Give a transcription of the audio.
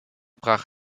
brach